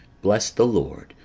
bless the lord,